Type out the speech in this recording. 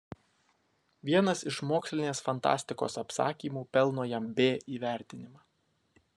vienas iš mokslinės fantastikos apsakymų pelno jam b įvertinimą